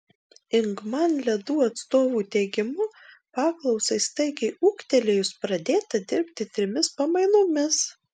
ingman ledų atstovų teigimu paklausai staigiai ūgtelėjus pradėta dirbti trimis pamainomis